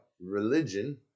religion